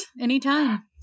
Anytime